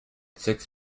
six